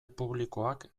publikoak